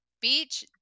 Beach